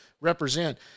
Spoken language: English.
represent